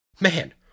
man